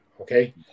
okay